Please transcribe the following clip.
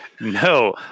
No